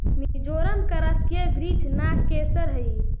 मिजोरम का राजकीय वृक्ष नागकेसर हई